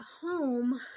home